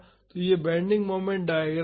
तो यह bending moment diagram है